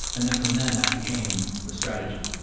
and then from then that became the strategy.